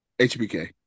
hbk